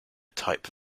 type